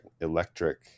electric